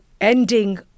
ending